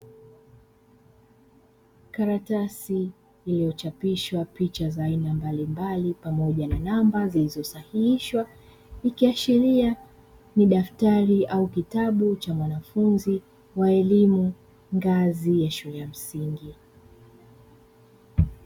Karatasi iliyochapishwa picha za aina mbalimbali pamoja na namba zilizosahihishwa, ikiashiria ni daktari au kitabu cha mwanafunzi wa elimu ngazi ya shule ya msingi.